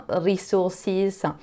resources